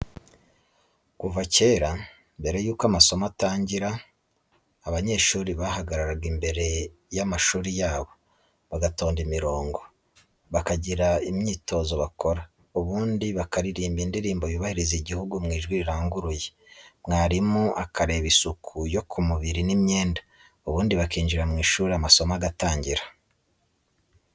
Kuva kera, mbere y'uko amasomo atangira, abanyeshuri bahagararaga imbere y'amashuri yabo, bagatonda imirongo, bakagira imyitozo bakora, ubundi bakaririmba indirimbo yubahiriza igihugu mu ijwi riranguruye, mwarimu akareba isuku yo ku mubiri n'iy'imyenda, ubundi bakinjira mu ishuri amasomo agatangira.